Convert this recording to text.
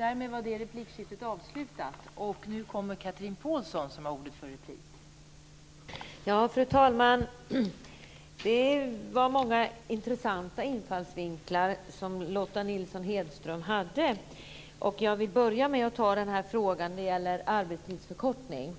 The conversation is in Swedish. Fru talman! Lotta Nilsson-Hedström hade många intressanta infallsvinklar. Jag vill börja med att ta upp frågan om arbetstidsförkortning.